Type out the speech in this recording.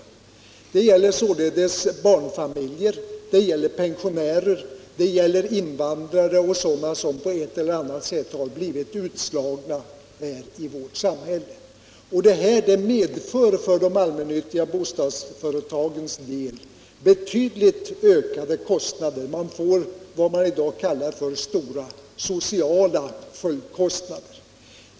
Det gäller barnfamiljer, pensionärer, invandrare och sådana som på ett eller annat sätt har blivit utslagna i vårt samhälle. Det medför för de allmännyttiga bostadsföretagen betydligt ökade kostnader — de får vad man i dag kallar stora sociala följdkostnader.